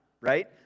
right